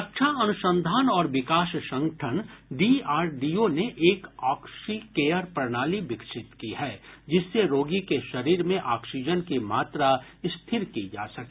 रक्षा अनुसंधान और विकास संठगन डीआरडीओ ने एक ऑक्सीकेयर प्रणाली विकसित की है जिससे रोगी के शरीर में ऑक्सीजन की मात्रा स्थिर की जा सके